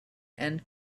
and